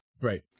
Right